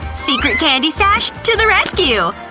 secret candy stash, to the rescue!